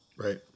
Right